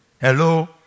Hello